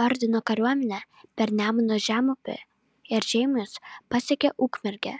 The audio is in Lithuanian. ordino kariuomenė per nemuno žemupį ir žeimius pasiekė ukmergę